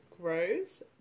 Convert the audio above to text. Grows